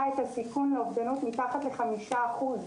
את הסיכון לאובדנות מתחת לחמישה אחוז.